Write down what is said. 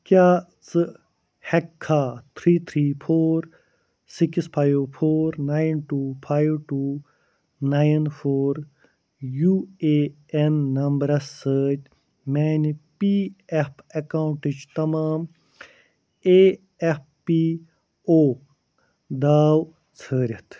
کیٛاہ ژٕ ہٮ۪کٕکھا three three four six five four nine two five two nine four U A N numbers سۭتۍ میٛانہِ P F اکاؤنٛٹٕچ تمام اےٚ ایف پی او داو ژھٲرِتھ